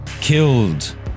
killed